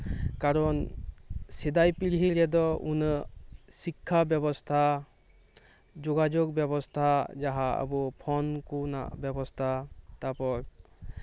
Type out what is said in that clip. ᱠᱟᱨᱚᱱ ᱥᱮᱫᱟᱭ ᱯᱤᱲᱦᱤ ᱨᱮᱫᱚ ᱩᱱᱟᱹᱜ ᱥᱤᱠᱠᱷᱟ ᱵᱮᱵᱚᱥᱛᱷᱟ ᱡᱳᱜᱟᱡᱳᱜ ᱵᱮᱵᱚᱥᱛᱷᱟ ᱡᱟᱸᱦᱟ ᱟᱵᱚ ᱯᱷᱳᱱ ᱠᱚᱨᱮᱱᱟᱜ ᱵᱮᱵᱚᱥᱛᱷᱟ ᱛᱟᱨᱯᱚᱨ